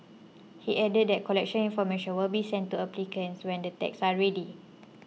he added that collection information will be sent to applicants when the tags are ready